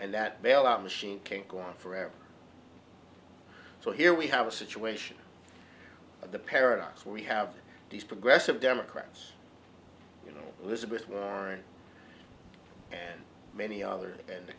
and that bailout machine can't go on forever so here we have a situation of the paradox we have these progressive democrats you know it was a bit warren and many others and the